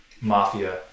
mafia